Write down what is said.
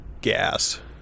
gas